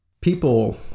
People